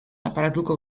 aparatuko